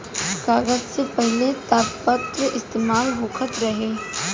कागज से पहिले तामपत्र इस्तेमाल होखत रहे